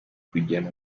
kugirana